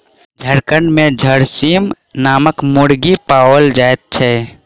झारखंड मे झरसीम नामक मुर्गी पाओल जाइत छै